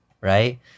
right